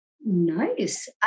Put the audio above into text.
Nice